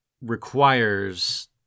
requires